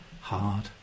hard